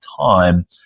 time